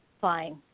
fine